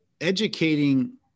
educating